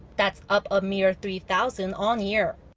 that's up a mere three-thousand on-year.